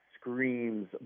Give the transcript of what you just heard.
screams